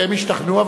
הם השתכנעו,